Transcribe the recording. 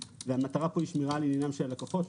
והמטרה פה היא שמירה על עניינם של לקוחות.